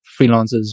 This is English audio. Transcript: freelancers